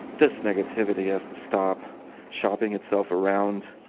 this negativity has to stop shopping itself around.